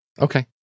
Okay